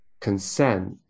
consent